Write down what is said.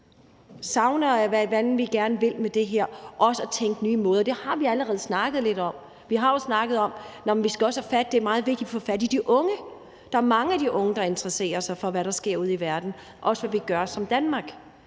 det er, vi gerne vil med det her, også i forhold til at tænke i nye baner. Det har vi allerede snakket lidt om. Vi har jo snakket om, at det er meget vigtigt at få fat i de unge. Der er mange af de unge, der interesserer sig for, hvad der sker ude i verden, og også for, hvad Danmark